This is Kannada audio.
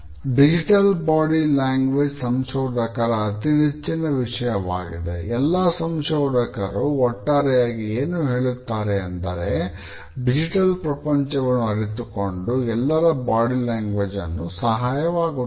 ಡಿಜಿಟಲ್ ಬಾಡಿ ಲ್ಯಾಂಗ್ವೇಜ್ ಅನ್ನು ಸಹಾಯವಾಗುತ್ತದೆ